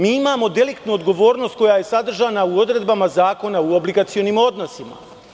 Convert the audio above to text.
Mi imamo deliktnu odgovornost koja je sadržana u odredbama zakona u obligacionim odnosima.